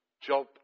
Job